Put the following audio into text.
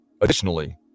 Additionally